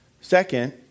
Second